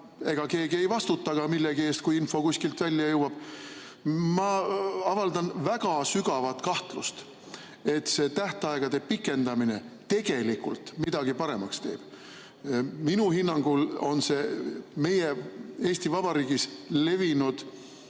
ning keegi ei vastuta millegi eest, kui info välja jõuab. Ma avaldan väga sügavat kahtlust, et see tähtaegade pikendamine tegelikult midagi paremaks teeb. Minu hinnangul on see Eesti Vabariigis levinud